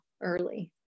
early